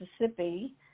Mississippi